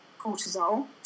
cortisol